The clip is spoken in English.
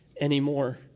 anymore